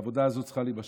העבודה הזו צריכה להימשך,